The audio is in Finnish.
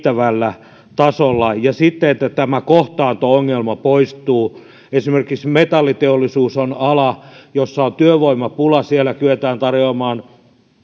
ja määrä turvataan riittävällä tasolla ja että tämä kohtaanto ongelma poistuu esimerkiksi metalliteollisuus on ala jossa on työvoimapula siellä kyetään tarjoamaan